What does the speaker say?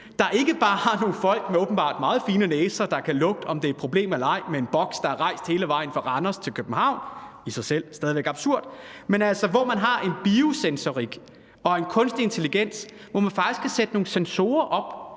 de ikke bare har nogle folk med åbenbart meget fine næser, der kan lugte, om det er et problem eller ej, i en boks, der har rejst hele vejen fra Randers til København – i sig selv stadig væk absurd – men hvor man har en biosensor og kunstig intelligens. Så kan man faktisk sætte nogle sensorer op,